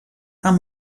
amb